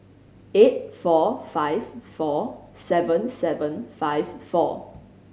eight four five four seven seven five four